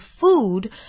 food